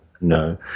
no